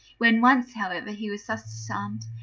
when once, however, he was thus disarmed,